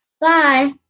Bye